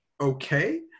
okay